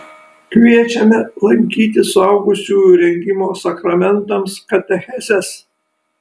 kviečiame lankyti suaugusiųjų rengimo sakramentams katechezes